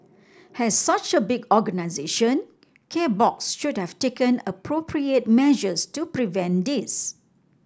as such a big organisation K Box should have taken appropriate measures to prevent this